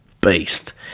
beast